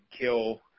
kill